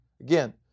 Again